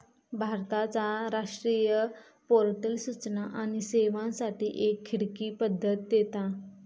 भारताचा राष्ट्रीय पोर्टल सूचना आणि सेवांसाठी एक खिडकी पद्धत देता